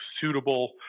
suitable